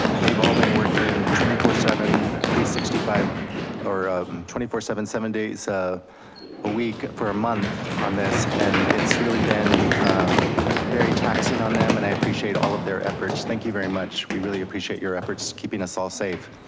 they've all been working twenty four seven, sixty five or twenty four seven seven days a week for a month on this and it's really been very taxing on them and i appreciate all of their efforts. thank you very much. we really appreciate your efforts keeping us all safe.